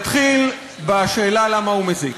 נתחיל בשאלה למה הוא מזיק.